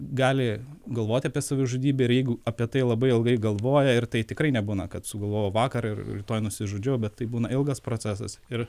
gali galvoti apie savižudybę ir jeigu apie tai labai ilgai galvoja ir tai tikrai nebūna kad sugalvojau vakar ir rytoj nusižudžiau bet tai būna ilgas procesas ir